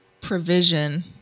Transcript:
provision